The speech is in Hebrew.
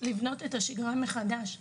לבנות את השגרה מחדש.